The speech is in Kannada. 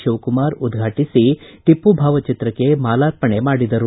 ಶಿವಕುಮಾರ್ ಉದ್ಘಾಟಿಸಿ ಟಿಪ್ಪು ಭಾವಚಿತ್ರಕ್ಷೆ ಮಾಲಾರ್ಪಣೆ ಮಾಡಿದರು